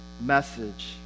message